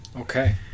Okay